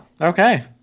okay